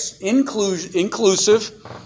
inclusive